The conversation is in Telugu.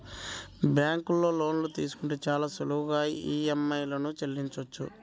బ్యేంకులో లోన్లు తీసుకుంటే చాలా సులువుగా ఈఎంఐలను చెల్లించొచ్చు